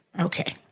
Okay